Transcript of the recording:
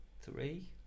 Three